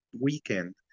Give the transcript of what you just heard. weekend